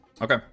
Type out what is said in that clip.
Okay